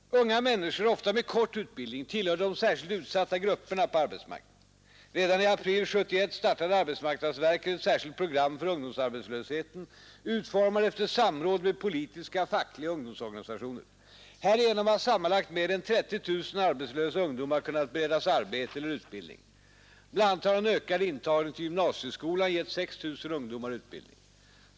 Unga människor, ofta med kort utbildning, tillhör de särskilt utsatta grupperna på arbetsmarknaden. Redan i april 1971 startade arbetsmarknadsverket ett särskilt program för ungdomsarbetslösheten, utformat efter samråd med politiska och fackliga organisationer samt ungdomsorganisationer. Härigenom har sammanlagt mer än 30 000 arbetslösa ungdomar kunnat beredas arbete eller utbildning. Bl.a. har en ökad intagning till gymnasieskolan gett 6 000 ungdomar utbildning.